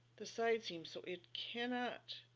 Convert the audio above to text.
the side seam so it cannot